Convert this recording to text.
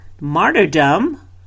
martyrdom